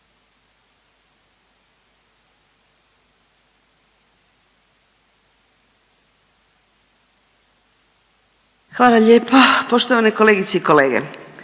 Hvala lijepa poštovana kolegice.